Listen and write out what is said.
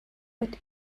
but